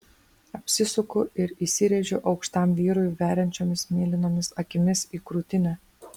apsisuku ir įsirėžiu aukštam vyrui veriančiomis mėlynomis akimis į krūtinę